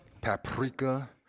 paprika